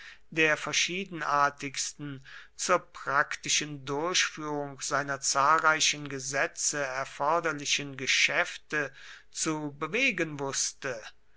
der verschiedenartigsten zur praktischen durchführung seiner zahlreichen gesetze erforderlichen geschäfte zu bewegen wußte